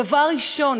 דבר ראשון,